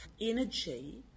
energy